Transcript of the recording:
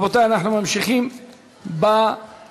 רבותי, אנחנו ממשיכים בחקיקה.